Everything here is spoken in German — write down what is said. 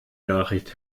nachricht